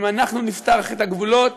אם אנחנו נפתח את הגבולות